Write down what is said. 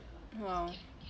!wow!